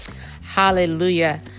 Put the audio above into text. Hallelujah